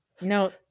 No